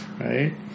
Right